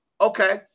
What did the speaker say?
okay